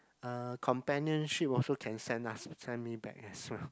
err companionship also can send us send me back as well